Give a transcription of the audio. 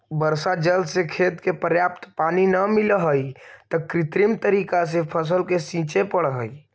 वर्षा जल से खेत के पर्याप्त पानी न मिलऽ हइ, त कृत्रिम तरीका से फसल के सींचे पड़ऽ हइ